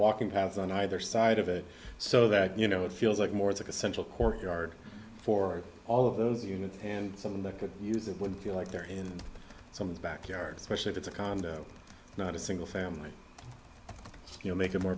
walking paths on either side of it so that you know it feels like more it's like a central courtyard for all of those units and something they could use it would feel like they're in someone's backyard especially if it's a condo not a single family you know make it more